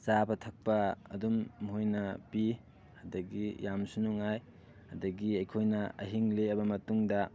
ꯆꯥꯕ ꯊꯛꯄ ꯑꯗꯨꯝ ꯃꯣꯏꯅ ꯄꯤ ꯑꯗꯒꯤ ꯌꯥꯝꯁꯨ ꯅꯨꯡꯉꯥꯏ ꯑꯗꯒꯤ ꯑꯩꯈꯣꯏꯅ ꯑꯍꯤꯡ ꯂꯦꯛꯑꯕ ꯃꯇꯨꯡꯗ